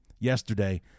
yesterday